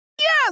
Yes